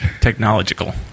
Technological